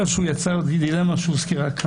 אלא שהוא יצר דילמה, איזושהי סתירה.